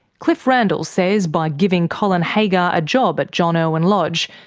cliff randall says by giving colin haggar a job at john irwin lodge,